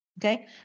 Okay